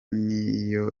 niyo